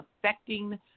affecting